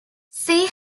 see